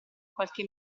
qualche